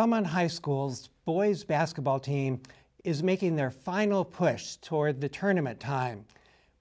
and high schools boys basketball team is making their final push toward the tournaments time